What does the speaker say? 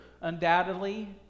undoubtedly